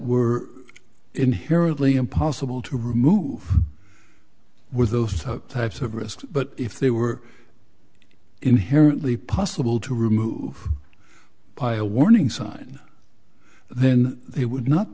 were inherently impossible to remove were those took types of risks but if they were inherently possible to remove by a warning sign then you would not